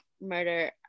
murder